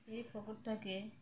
এই